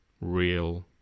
real